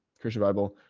christian bible.